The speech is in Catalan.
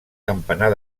campanar